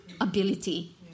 ability